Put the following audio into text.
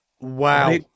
Wow